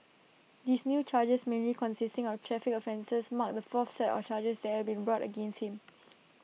these new charges mainly consisting of traffic offences mark the fourth set of charges that have been brought against him